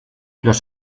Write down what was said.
los